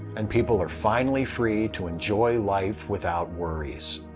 and people are finally free to enjoy life without worries.